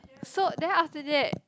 so then after that